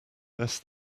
best